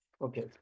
Okay